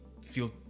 feel